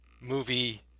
movie